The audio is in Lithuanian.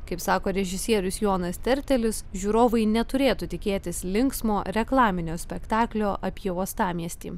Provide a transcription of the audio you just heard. kaip sako režisierius jonas tertelis žiūrovai neturėtų tikėtis linksmo reklaminio spektaklio apie uostamiestį